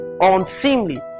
unseemly